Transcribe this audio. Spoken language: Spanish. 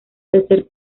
tercer